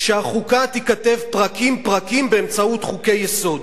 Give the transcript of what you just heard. שהחוקה תיכתב פרקים-פרקים באמצעות חוקי-יסוד.